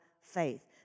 faith